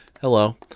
Hello